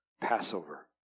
Passover